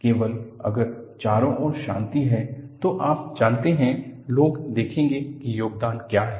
केवल अगर चारों ओर शांति है तो आप जानते हैं लोग देखेंगे कि योगदान क्या है